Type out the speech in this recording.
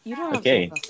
okay